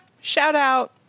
Shout-out